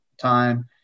time